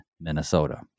Minnesota